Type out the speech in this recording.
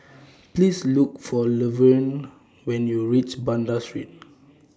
Please Look For Luverne when YOU REACH Banda Street